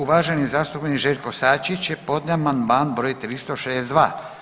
Uvaženi zastupnik Željko Sačić je podnio amandman broj 362.